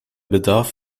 bedarf